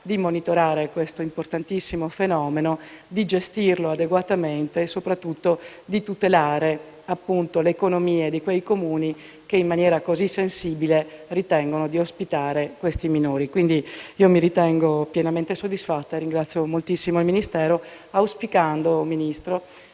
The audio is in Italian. di monitorare questo importantissimo fenomeno, di gestirlo adeguatamente e soprattutto di tutelare le economie di quei Comuni che in maniera così sensibile ritengono di ospitare questi minori. Quindi, mi ritengo pienamente soddisfatta della risposta e ringrazio moltissimo il Ministero, auspicando, signor